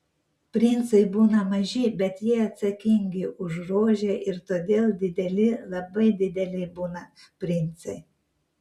princai būna maži bet jie atsakingi už rožę ir todėl dideli labai dideli būna princai